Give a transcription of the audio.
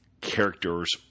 characters